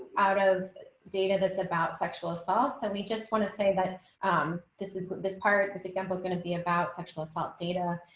out of data that's about sexual assault. so we just want to say that um this is what this part. this example is going to be about sexual assault data